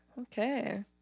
Okay